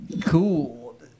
Cool